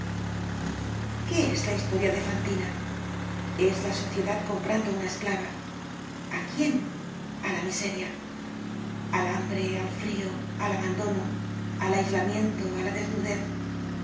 qué es esta historia de fantina es la sociedad comprando una esclava a quién a la miseria al hambre al frio al abandono al aislamiento á la desnudez